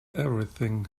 everything